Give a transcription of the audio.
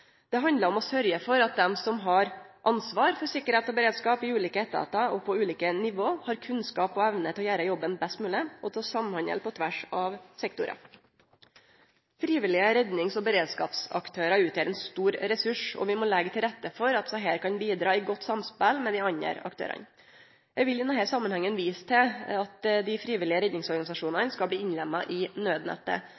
Det handlar om å sørgje for at dei som har ansvar for sikkerheit og beredskap i ulike etatar og på ulike nivå, har kunnskap og evne til å gjere jobben best mogleg, og til å samhandle på tvers av sektorar. Frivillige rednings- og beredskapsaktørar utgjer ein stor ressurs, og vi må leggje til rette for at desse kan bidra i godt samspel med dei andre aktørane. Eg vil i denne samanhengen vise til at dei frivillige